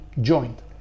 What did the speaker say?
joined